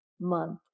month